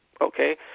Okay